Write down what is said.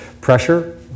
pressure